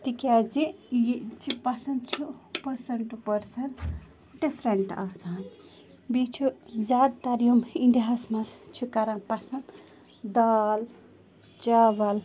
تِکیٛازِ یہِ چھِ پَسَنٛد چھُ پٔرسَن ٹُہ پٔرسَن ڈِفرَنٛٹ آسان بیٚیہِ چھُ زیادٕ تَر یِم اِنڈیاہَس منٛز چھِ کَران پَسَنٛد دال چاوَل